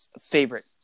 favorite